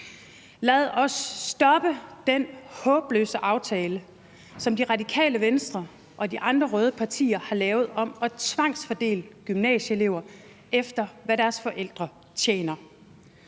Lad os stoppe den håbløse aftale, som Radikale Venstre og de andre røde partier har lavet om at tvangsfordele gymnasieelever, efter hvad deres forældre tjener.